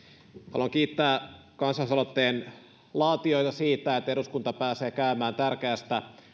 haluan kiittää kansalaisaloitteen laatijoita siitä että eduskunta pääsee käymään tärkeästä